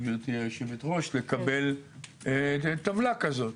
גברתי היושבת-ראש, לקבל טבלה כזאת.